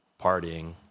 partying